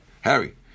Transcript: Harry